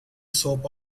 soap